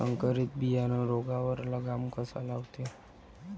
संकरीत बियानं रोगावर लगाम कसा लावते?